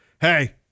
Hey